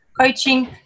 coaching